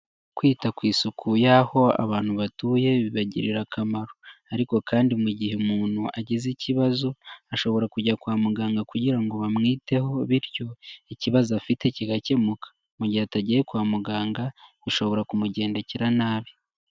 Kwita ku isuku y'aho abantu batuye bibagirira akamaro ariko kandi mu gihe umuntu agize ikibazo ashobora kujya kwa muganga kugira ngo bamwiteho bityo ikibazo afite kigakemuka mu gihe atagiye kwa muganga bishobora kumugendekera nabi.